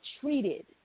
treated